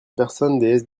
personnels